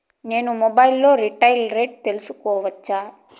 నేను మొబైల్ లో రీటైల్ రేట్లు తెలుసుకోవచ్చా?